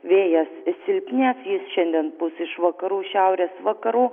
vėjas silpnės jis šiandien pūs iš vakarų šiaurės vakarų